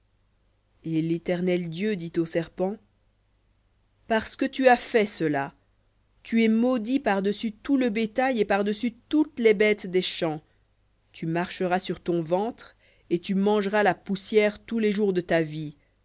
et l'éternel dieu dit au serpent parce que tu as fait cela tu es maudit par-dessus tout le bétail et par-dessus toutes les bêtes des champs tu marcheras sur ton ventre et tu mangeras la poussière tous les jours de ta vie